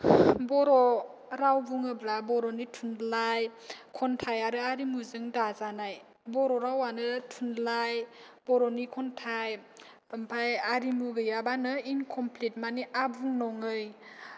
बर' राव बुङोब्ला बर'नि थुनलाइ खन्थाइ आरो आरिमुजों दाजानाय बर' रावानो थुनलाइ बर'नि खन्थाइ ओमफाय आरिमु गैयाबानो इनकमफ्लिट मानि आबुं नङै